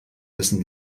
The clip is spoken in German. wessen